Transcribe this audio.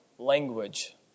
Language